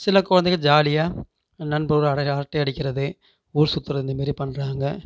சில குழந்தைங்க ஜாலியாக நண்பருடன் அடைகா அரட்டை அடிக்கிறது ஊர் சுத்துகிற இந்தமாரி பண்ணுறாங்க